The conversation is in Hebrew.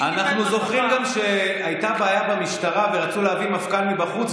אנחנו זוכרים גם שהייתה בעיה במשטרה ורצו להביא מפכ"ל מבחוץ,